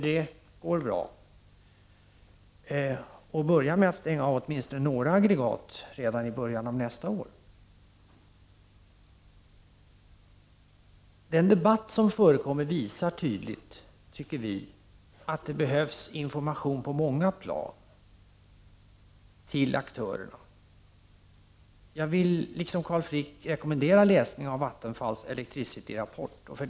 Det går bra att börja stänga av åtminstone några aggregat redan i början av nästa år. Den debatt som pågår visar tydligt, tycker vi i miljöpartiet, att det behövs information på många plan till aktörerna. Liksom Carl Frick vill jag rekommendera läsning av Vattenfalls rapport Electricity.